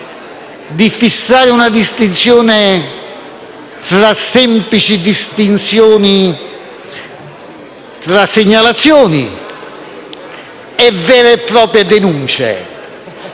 di fissare una distinzione tra semplici segnalazioni e vere e proprie denunce,